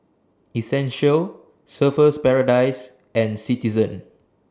Essential Surfer's Paradise and Citizen